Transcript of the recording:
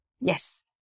Yes